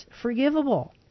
forgivable